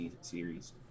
series